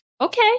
Okay